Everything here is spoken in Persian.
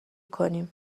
کنیم